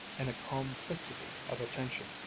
in a calm fixity of attention,